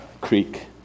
Creek